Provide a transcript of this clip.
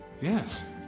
Yes